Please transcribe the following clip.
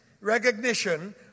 recognition